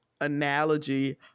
analogy